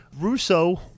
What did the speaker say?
Russo